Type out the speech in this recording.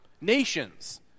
Nations